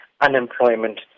unemployment